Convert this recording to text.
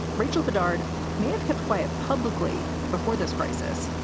rachel bedard may have kept quiet publicly before this crisis,